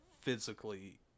physically